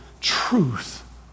truth